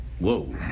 Whoa